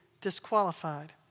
disqualified